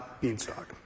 Beanstalk